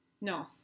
No